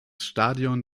stadion